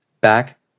back